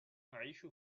أعيش